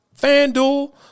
FanDuel